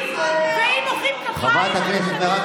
ואם מוחאים כפיים, למה מוחאים